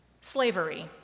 Slavery